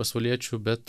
pasauliečių bet